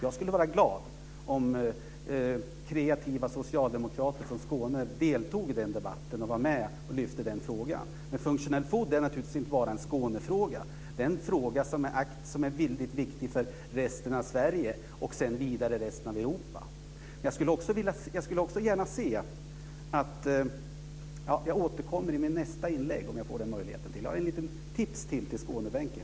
Jag skulle vara glad om kreativa socialdemokrater från Skåne deltog i den debatten och var med och lyfte frågan. Functional food är naturligtvis inte bara en Skånefråga, utan en fråga som är väldigt viktig för resten av Sverige och vidare i resten av Europa. Jag återkommer i nästa replik, om jag får den möjligheten, för jag har ett tips till Skånebänken.